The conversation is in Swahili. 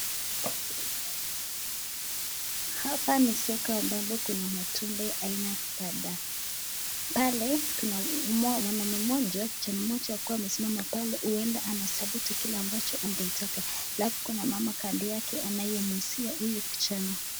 Hapa ni soko ambapo kuna matunda aina kadhaa. Pale kuna mwanamume mmoja, kijana mmoja ako amesimama pale huenda anachagua tunda lile ambalo angetaka. Alafu kuna mama kando yake anayemhudumia huyu kijana.